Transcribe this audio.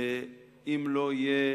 ואם לא יהיה